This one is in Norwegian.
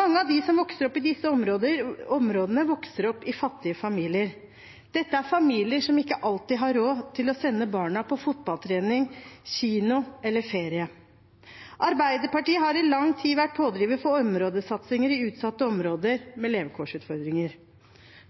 Mange av dem som vokser opp i disse områdene, vokser opp i fattige familier. Dette er familier som ikke alltid har råd til å sende barna på fotballtrening, kino eller ferie. Arbeiderpartiet har i lang tid vært pådriver for områdesatsinger i utsatte områder med levekårsutfordringer.